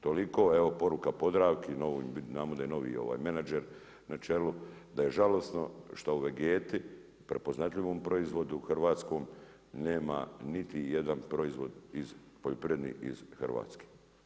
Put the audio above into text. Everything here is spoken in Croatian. Toliko, evo poruka Podravki, znamo da je novi menadžer na čelu, da je žalosno što u Vegeti, prepoznatljivom proizvodu, hrvatskom nema niti jedan proizvod, poljoprivredni ih Hrvatske.